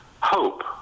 hope